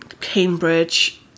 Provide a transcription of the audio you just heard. Cambridge